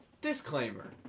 Disclaimer